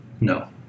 No